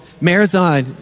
Marathon